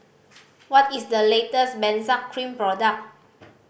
what is the latest Benzac Cream product